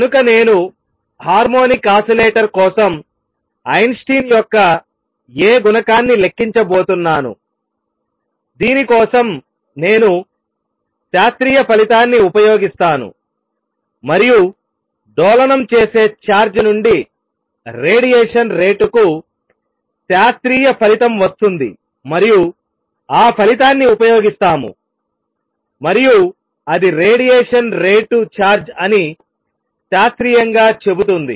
కనుక నేను harmonic oscillator కోసం ఐన్స్టీన్ యొక్క A గుణకాన్ని లెక్కించబోతున్నాను దీని కోసం నేను శాస్త్రీయ ఫలితాన్ని ఉపయోగిస్తాను మరియు డోలనం చేసే ఛార్జ్ నుండి రేడియేషన్ రేటుకు శాస్త్రీయ ఫలితం వస్తుంది మరియు ఆ ఫలితాన్ని ఉపయోగిస్తాము మరియు అది రేడియేషన్ రేటు ఛార్జ్ అని శాస్త్రీయంగా చెబుతుంది